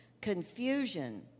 confusion